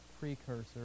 precursor